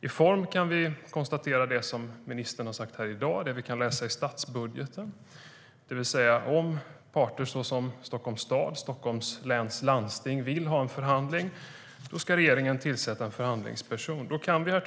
I form kan vi konstatera det som ministern har sagt här i dag och det vi kan läsa i statsbudgeten, det vill säga att om parter såsom Stockholms stad och Stockholms läns landsting vill ha en förhandling ska regeringen tillsätta en förhandlingsperson. Herr talman!